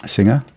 Singer